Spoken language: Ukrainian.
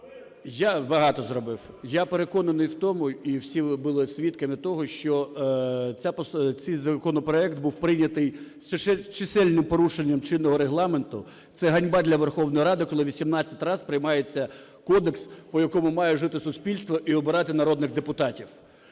Багато зробив. Я переконаний в тому, і всі ви були свідками того, що цей законопроект був прийнятий з чисельним порушенням чинного Регламенту. Це ганьба для Верховної Ради, коли 18 раз приймається кодекс, по якому має жити суспільство і обирати народних депутатів.